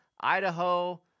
idaho